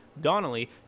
Donnelly